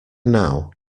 now